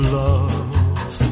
love